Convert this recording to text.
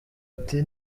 ati